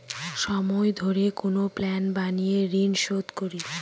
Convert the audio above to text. সময় ধরে কোনো প্ল্যান বানিয়ে ঋন শুধ করি